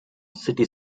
city